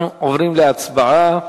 אנחנו עוברים להצבעה.